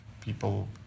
people